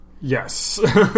Yes